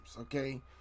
okay